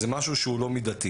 זה משהו שהוא לא מידתי.